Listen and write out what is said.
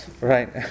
Right